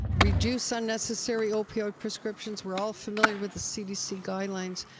reduce unnecessary opioid prescriptions. we're all familiar with the cdc guidelines.